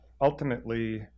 ultimately